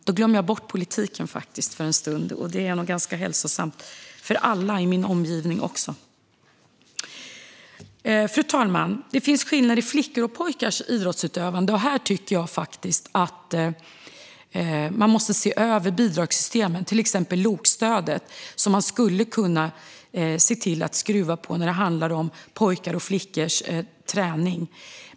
Då glömmer jag faktiskt bort politiken för en stund, och det är nog ganska hälsosamt - också för alla i min omgivning. Fru talman! Det finns skillnader i flickors och pojkars idrottsutövande. Här tycker jag att man måste se över bidragssystemen, till exempel LOK-stödet som man skulle kunna skruva på när det handlar om pojkars och flickors träning.